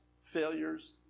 failures